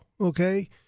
Okay